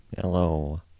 Hello